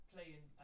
playing